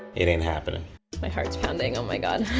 it ain't happening my heart's pounding. oh, my god.